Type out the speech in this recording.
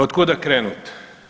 Od kuda krenuti?